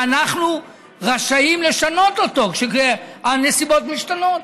ואנחנו רשאים לשנות אותו כשהנסיבות משתנות.